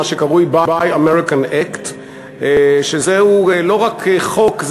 שקרוי Buy American Act. זהו לא רק חוק,